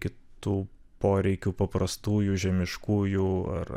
kitų poreikių paprastųjų žemiškųjų ar